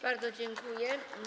Bardzo dziękuję.